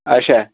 اَچھا